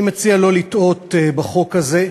אני מציע לא לטעות בחוק הזה,